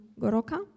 Goroka